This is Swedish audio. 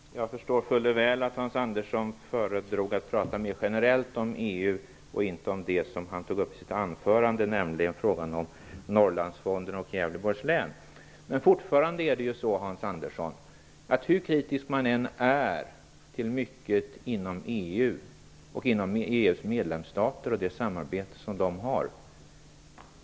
Fru talman! Jag förstår fuller väl att Hans Andersson föredrog att tala mer generellt om EU och inte om det som han tog upp i sitt anförande, nämligen frågan om Norrlandsfonden och Gävleborgs län. Men det är fortfarande så, Hans Andersson, att det är genom att vara med som vi kan påverka, hur kritiska vi än är till mycket inom EU, inom EU:s medlemsstater och i samarbetet dem emellan.